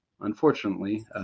Unfortunately